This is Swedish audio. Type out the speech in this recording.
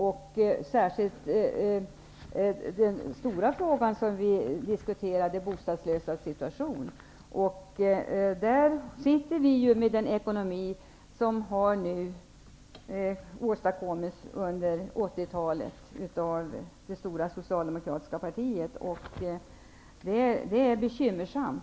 Det är en stor fråga som vi diskuterar, nämligen de bostadslösas situation. Den ekonomi vi i dag sitter med har åstadkommits under 80-talet av det stora socialdemokratiska partiet, och det är bekymmersamt.